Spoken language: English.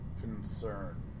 concern